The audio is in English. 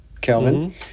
Kelvin